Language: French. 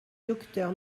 docteur